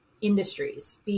industries